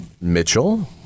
Mitchell